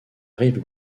rive